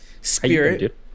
spirit